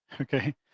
okay